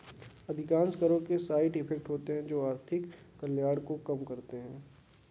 अधिकांश करों के साइड इफेक्ट होते हैं जो आर्थिक कल्याण को कम करते हैं